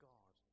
God